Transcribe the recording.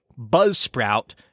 Buzzsprout